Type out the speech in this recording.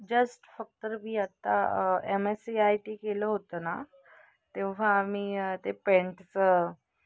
just फक्त मी आत्ता M S C I T केलं होतं ना तेव्हा आम्ही ते पेंटचं